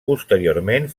posteriorment